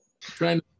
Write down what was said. trying